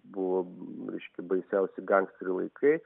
buvo reiškia baisiausi gangsterių laikai